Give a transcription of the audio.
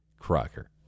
Crocker